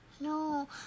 No